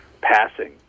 passing